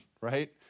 right